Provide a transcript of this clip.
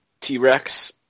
T-Rex